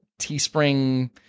Teespring